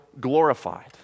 glorified